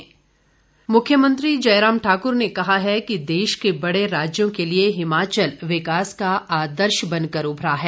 मुख्यमंत्री मुख्यमंत्री जयराम ठाकुर ने कहा है कि देश के बड़े राज्यों के लिए हिमाचल विकास का आदर्श बनकर उभरा है